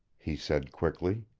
he said quickly.